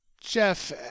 Jeff